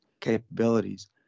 capabilities